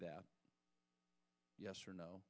that yes or no